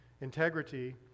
integrity